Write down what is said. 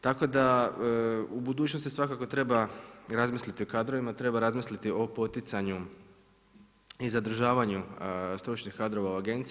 Tako, da u budućnosti svakako treba razmisliti o kadrovima, treba razmisliti o poticanju i zadržavanju stručnih kadrova u agenciji.